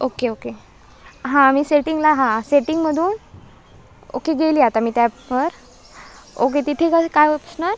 okay okay हां मी सेटींगला हां सेटींगमधून ओके गेली आता मी त्या ॲपवर ओके तिथे जाऊन काय ऑप्शनर